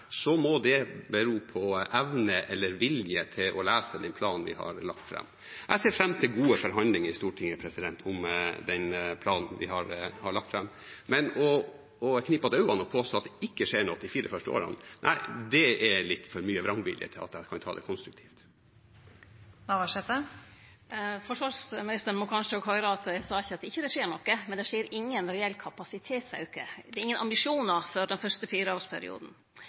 så må det bero på evne eller vilje til å lese den planen vi har lagt fram. Jeg ser fram til gode forhandlinger i Stortinget om den planen vi har lagt fram. Men å knipe igjen øynene og påstå at det ikke skjer noe de fire første årene – nei, det er litt for mye vrangvilje til at jeg kan ta det konstruktivt. Forsvarsministeren burde kanskje òg høyre at eg sa ikkje at det ikkje skjer noko, men det skjer ingen reell kapasitetsauke. Det er ingen ambisjonar for den fyrste fireårsperioden.